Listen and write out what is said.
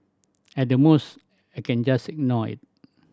at the most I can just ignore it